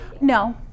No